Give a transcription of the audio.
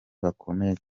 bakomeye